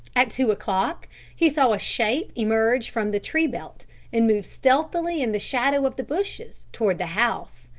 at two o'clock he saw a shape emerge from the tree belt and move stealthily in the shadow of the bushes toward the house.